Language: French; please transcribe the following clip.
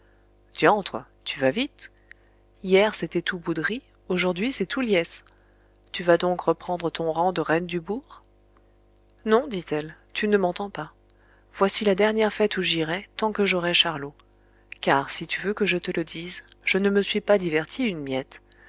diantre tu vas vite hier c'était tout bouderie aujourd'hui c'est tout liesse tu vas donc reprendre ton rang de reine du bourg non dit-elle tu ne m'entends pas voici la dernière fête où j'irai tant que j'aurai charlot car si tu veux que je te le dise je ne me suis pas diverti une miette